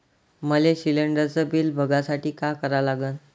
मले शिलिंडरचं बिल बघसाठी का करा लागन?